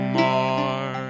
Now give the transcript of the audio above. more